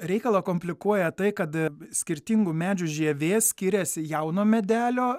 reikalą komplikuoja tai kad skirtingų medžių žievė skiriasi jauno medelio